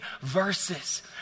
verses